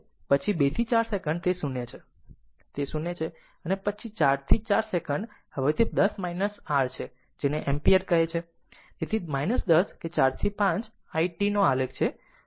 પછી 2 થી 4 સેકંડ તે 0 છે તેથી તે 0 છે અને પછી 4 થી 4 સેકંડ હવે તે 10 r છે જેને એમ્પીયર કહે છે તેથી 10 કે 4 થી 5 આ આઇ tનો આલેખ છે